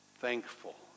thankful